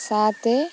ସାତ